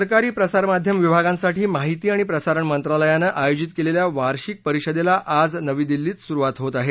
सरकारी प्रसारमाध्यम विभागांसाठी माहिती आणि प्रसारण मंत्रालयानं आयोजित केलेल्या वार्षिक परिषदेला आज नवी दिल्ली इथं सुरूवात होत आहे